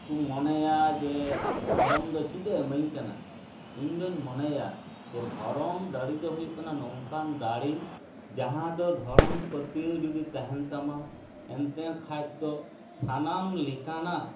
ᱠᱚ ᱢᱚᱱᱮᱭᱟ ᱡᱮ ᱫᱷᱚᱨᱚᱢ ᱫᱚ ᱪᱮᱫᱼᱮ ᱤᱢᱟᱹᱧ ᱠᱟᱱᱟ ᱤᱧᱫᱩᱧ ᱢᱚᱱᱮᱭᱟ ᱡᱮ ᱫᱷᱚᱨᱚᱢ ᱫᱟᱲᱮᱫᱚ ᱦᱩᱭᱩᱜ ᱠᱟᱱᱟ ᱱᱚᱝᱠᱟᱱ ᱫᱟᱲᱮ ᱡᱟᱦᱟᱸᱫᱚ ᱫᱷᱚᱨᱚᱢ ᱯᱟᱹᱛᱭᱟᱹᱣ ᱡᱩᱫᱤ ᱛᱮᱦᱮᱱ ᱛᱟᱢᱟ ᱮᱱᱛᱮ ᱠᱷᱟᱚᱫᱚ ᱥᱟᱱᱟᱢ ᱞᱮᱠᱟᱱᱟᱜ